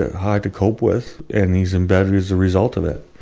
hard to cope with and he's in bed as a result of it.